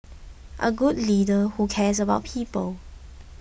a good leader who cares about people